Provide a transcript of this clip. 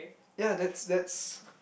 ya that's that's